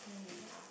let me ask